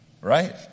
right